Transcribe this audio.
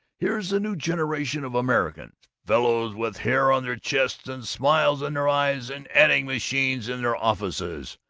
here's the new generation of americans fellows with hair on their chests and smiles in their eyes and adding-machines in their offices.